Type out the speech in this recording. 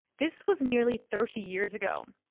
this was nearly thirty years ago.